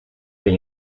ben